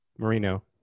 Marino